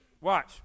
Watch